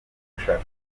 mushaka